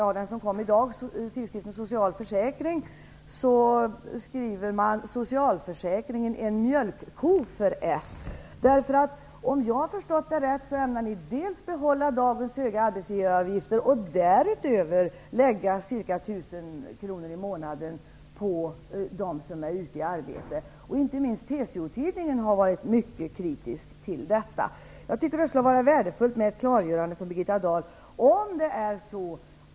I nr 10/93 av tidskriften Social försäkring, som kom i dag, skriver man: Socialförsäkringen -- en mjölkko för s. Om jag förstått saken rätt ämnar ni behålla dagens höga arbetsgivaravgifter och därutöver lägga ca 1 000 kronor i månaden på dem som har arbete. Inte minst TCO-tidningen har varit mycket kritisk till detta. Det vore värdefullt att få ett klarläggande från Birgitta Dahl.